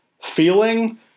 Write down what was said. feeling